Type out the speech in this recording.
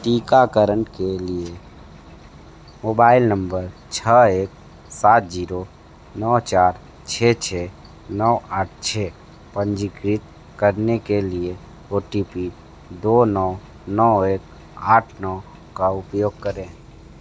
टीकाकरण के लिए मोबाइल नंबर छ एक सात जीरो नौ चार छ छ नौ आठ छ पंजीकृत करने के लिए ओ टी पी दो नौ नौ एक आठ नौ का उपयोग करें